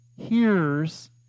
hears